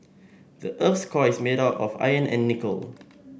the earth's core is made of iron and nickel